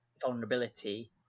vulnerability